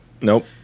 Nope